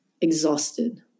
exhausted